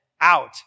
out